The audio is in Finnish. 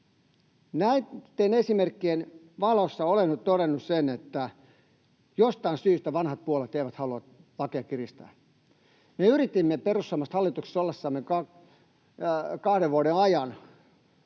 Näitten esimerkkien valossa olen nyt todennut sen, että jostain syystä vanhat puolueet eivät halua lakeja kiristää. Me perussuomalaiset yritimme hallituksessa ollessamme kahden vuoden ajan